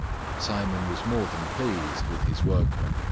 simon was more than pleased with his workman.